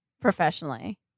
professionally